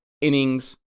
innings